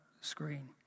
screen